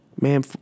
Man